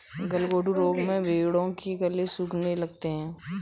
गलघोंटू रोग में भेंड़ों के गले सूखने लगते हैं